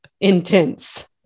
intense